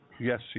Yes